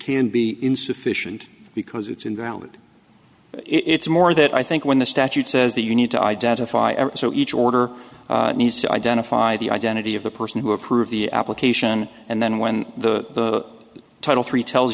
can be insufficient because it's invalid it's more that i think when the statute says that you need to identify and so each order needs to identify the identity of the person who approved the application and then when the title three tells